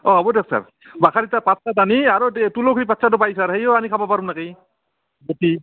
অঁ হ'ব দিয়ক ছাৰ বাহত তিতাৰ পাত চাত আনি আৰু তে তুলসীৰ পাত চাতো পাই ছাৰ সেইয়াও আনি খাব পাৰোঁ নেকি বটি